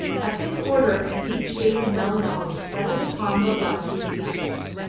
at this order a deep shade of melancholy settled upon babalatchi's features.